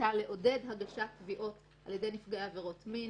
הייתה לעודד הגשת תביעות על ידי נפגעי עבירות מין,